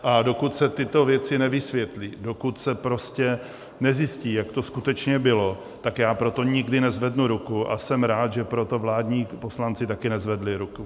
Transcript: A dokud se tyto věci nevysvětlí, dokud se prostě nezjistí, jak to skutečně bylo, tak já pro to nikdy nezvednu ruku a jsem rád, že pro to vládní poslanci také nezvedli ruku.